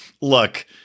Look